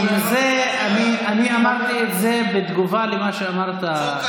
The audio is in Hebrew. אבל אני אמרתי את זה בתגובה למה שאמרת,